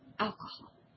Alcohol